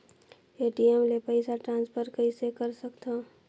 ATM ले पईसा transfer कइसे कर सकथव?